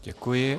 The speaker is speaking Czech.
Děkuji.